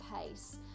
pace